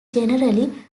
generally